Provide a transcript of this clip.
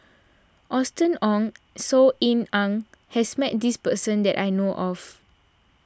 Austen Ong Saw Ean Ang has met this person that I know of